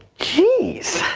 jeez!